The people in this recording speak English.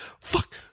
fuck